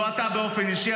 לא אתה באופן אישי,